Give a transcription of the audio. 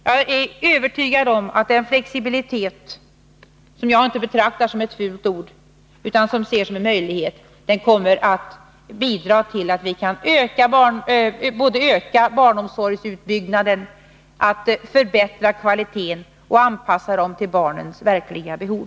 Jag är övertygad om att denna flexibilitet — som jag inte betraktar som ett fult ord utan ser som en möjlighet — bidrar till att vi kan både öka barnomsorgsutbyggnaden, förbättra kvaliteten och anpassa barnomsorgen till barnens verkliga behov.